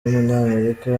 w’umunyamerika